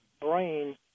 brain